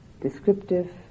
descriptive